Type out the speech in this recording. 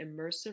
immersive